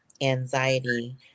anxiety